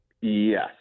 Yes